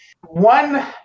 one